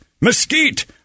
Mesquite